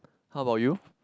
how about you